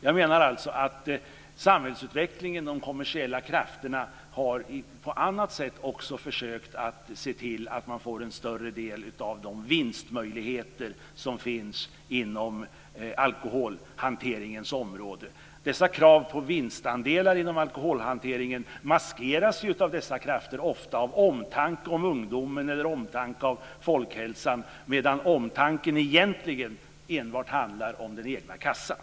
Jag menar alltså att samhällsutvecklingen och de kommersiella krafterna också på annat sätt har försökt se till att få en större del av de vinstmöjligheter som finns inom alkoholhanteringens område. Dessa krav på vinstandelar inom alkoholhanteringen maskerar dessa krafter ofta som omtanke om ungdomen eller omtanke om folkhälsan, medan omtanken egentligen handlar enbart om den egna kassan.